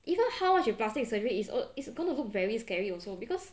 is not how much you plastic surgery is oh it's gonna look very scary also because